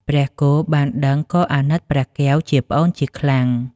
ព្រះគោបានដឹងក៏អាណិតព្រះកែវជាប្អូនជាខ្លាំង ។